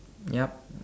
yup